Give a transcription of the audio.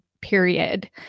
period